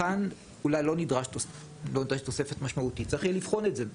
אז כאן אולי לא נדרשת תוספת משמעותית וצריך יהיה לבחון את זה.